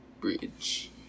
Bridge